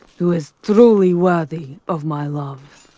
who is truly worthy of my love!